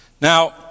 Now